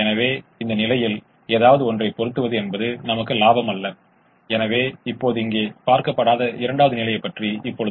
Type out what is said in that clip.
எனவே நாம் 10x3 ஐ மாற்றுகிறோம் 30 9 நமக்கு 39 தருகிறது எனவே இப்போது முதன்மைக்கு 3 சாத்தியமான தீர்வுகள் கிடைக்கவில்லை